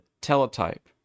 teletype